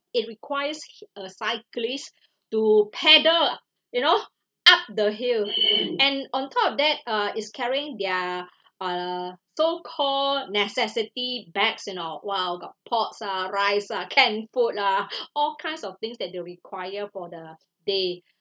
it requires a cyclist to peddle you know up the hill and on top of that uh he's carrying their uh so call necessity bags you know !wow! got pots lah rice lah can food lah all kinds of things that they'll require for the day